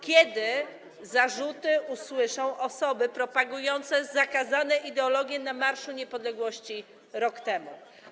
Kiedy zarzuty usłyszą osoby propagujące zakazane ideologie na Marszu Niepodległości rok temu?